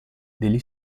degli